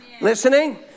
Listening